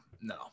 No